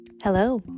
Hello